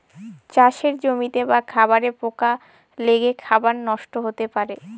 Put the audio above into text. চাষের জমিতে বা খাবারে পোকা লেগে খাবার নষ্ট হতে পারে